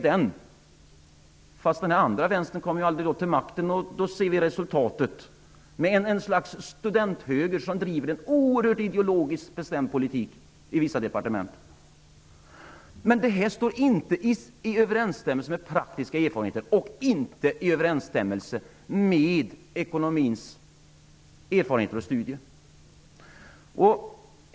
Men den andra vänstern kom aldrig till makten, och vi kan se resultatet: ett slags studenthöger som driver en oerhört ideologiskt bestämd politik i vissa departement. Men detta står inte i överensstämmelse med praktiska erfarenheter eller med ekonomiska erfarenheter och studier.